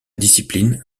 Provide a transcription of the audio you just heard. discipline